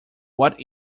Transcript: what